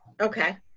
Okay